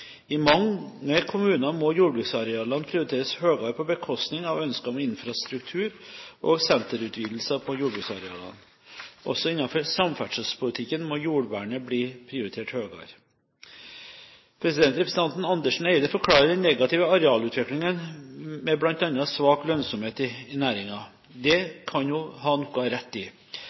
I mange kommuner må jordbruksarealene prioriteres høyere på bekostning av ønsker om infrastruktur og senterutvidelser på jordbruksarealene. Også innenfor samferdselspolitikken må jordvernet bli prioritert høyere. Representanten Andersen Eide forklarer den negative arealutviklingen med bl.a. svak lønnsomhet i næringen. Det kan hun ha noe rett i.